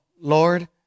Lord